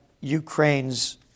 Ukraine's